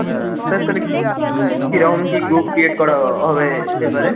হ্যাঁ স্যার তাহলে কী রকম কি গ্রুপ ক্রিয়েট করা হবে এবারে